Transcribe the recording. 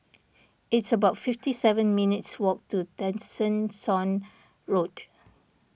it's about fifty seven minutes' walk to Tessensohn Road